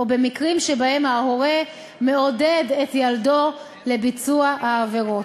או במקרים שבהם ההורה מעודד את ילדו לביצוע העבירות.